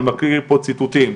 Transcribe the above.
אני מקריא פה ציטוטים,